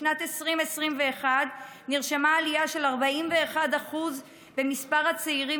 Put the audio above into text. בשנת 2021 נרשמה עלייה של 41% במספר הצעירים